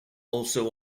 also